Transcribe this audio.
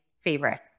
favorites